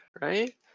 right